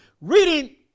Reading